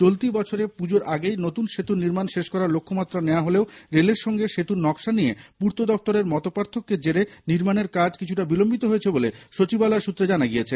চলতি বছরে পুজোর আগেই নতুন সেতুর নির্মান শেষ করার লক্ষমাত্রা নেওয়া হলেও রেলের সঙ্গে সেতুর নকশা নিয়ে পূর্ত দফতরের মতপার্থক্যের জেরে নির্মানের কাজ কিছুটা বিলম্বিত হয়েছে বলে সচিবালয় সূত্রে জানা গিয়েছে